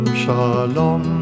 shalom